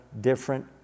different